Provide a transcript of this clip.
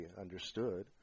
understood